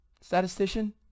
statistician